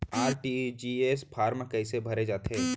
RTGS form कइसे भरे जाथे?